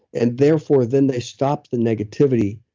and therefore, then they stop the negativity